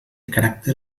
caràcter